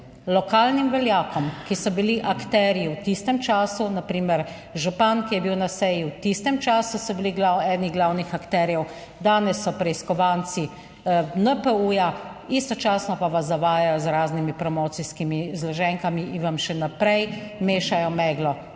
lokalnim veljakom, ki so bili akterji v tistem času, na primer župan, ki je bil na seji v tistem času so bili eni glavnih akterjev, danes so preiskovanci NPU, istočasno pa vas zavajajo z raznimi promocijskimi zloženkami in vam še naprej mešajo meglo.